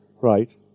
Right